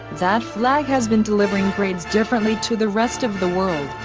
that flag has been delivering grades differently to the rest of the world,